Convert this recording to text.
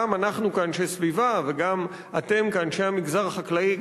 גם אנחנו כאנשי סביבה וגם אתם כאנשי המגזר החקלאי,